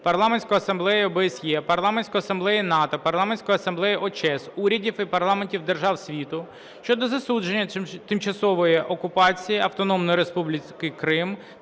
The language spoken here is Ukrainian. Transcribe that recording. Парламентської Асамблеї ОБСЄ, Парламентської Асамблеї НАТО, Парламентської Асамблеї ОЧЕС, урядів і парламентів держав світу щодо засудження тимчасової окупації Автономної Республіки Крим